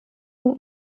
und